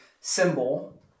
symbol